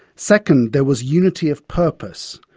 second, there was unity of purpose.